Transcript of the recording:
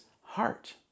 heart